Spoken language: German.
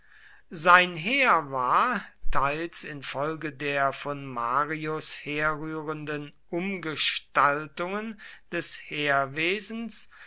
sein heer war teils infolge der von marius herrührenden umgestaltungen des heerwesens